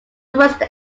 western